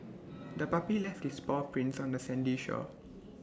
the puppy left its paw prints on the sandy shore